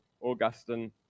Augustine